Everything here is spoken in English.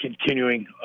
continuing